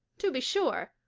to be sure,